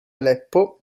aleppo